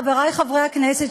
חברי חברי הכנסת,